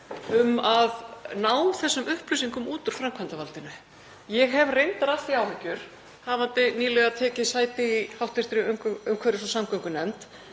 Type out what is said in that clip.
um að ná þessum upplýsingum út úr framkvæmdarvaldinu. Ég hef reyndar af því áhyggjur, hafandi nýlega tekið sæti í hv. umhverfis- og samgöngunefnd